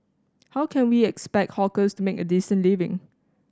how can we expect hawkers to make a decent living